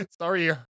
Sorry